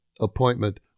appointment